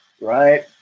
right